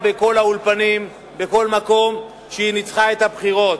בכל האולפנים ובכל מקום שהיא ניצחה בבחירות.